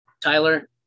Tyler